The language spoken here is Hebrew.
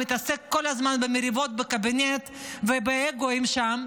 הוא מתעסק כל הזמן במריבות בקבינט ובאגואים שם,